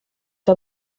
que